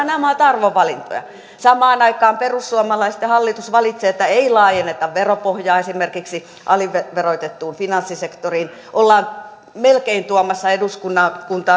nämä ovat arvovalintoja samaan aikaan perussuomalaiset ja hallitus valitsevat että ei laajenneta veropohjaa esimerkiksi aliverotettuun finanssisektoriin ollaan melkein tuomassa eduskuntaan